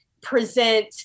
present